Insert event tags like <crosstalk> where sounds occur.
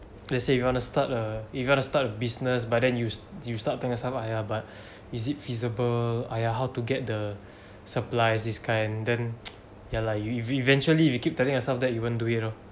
let's say you wanna start a if you wanna start a business but then you st~ you start thinking to yourself ah ya but is it feasible !aiya! how to get the <breath> supplies this kind then <noise> ya lah you you eventually if you keep telling yourself that you won't do it lor